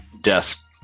death